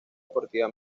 deportiva